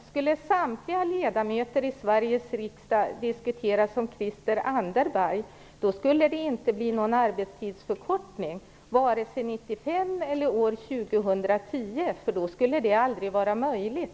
Skulle samtliga ledamöter av Sveriges riksdag diskutera som Christel Anderberg, skulle det inte bli någon arbetstidsförkortning vare sig 1995 eller år 2010, för då skulle det aldrig vara möjligt.